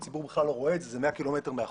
שהציבור בכלל לא רואה את זה כי זה 100 קילומטר מהחוף,